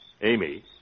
Amy